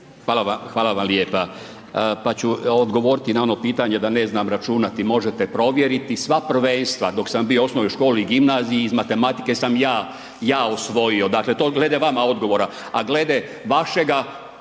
hvala vam lijepa, pa ću odgovoriti na ono pitanje da ne znam računati, možete provjeriti, sva prvenstva dok sam bio u osnovnoj školi i gimnaziji iz matematike sam ja, ja osvojio, dakle to glede vama odgovora, a glede vašega,